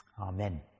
Amen